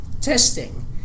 testing